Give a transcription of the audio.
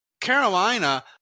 Carolina